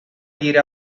dire